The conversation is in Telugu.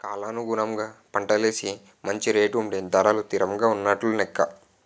కాలానుగుణంగా పంటలేసి మంచి రేటు ఉంటే ధరలు తిరంగా ఉన్నట్టు నెక్క